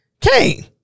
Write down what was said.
Kane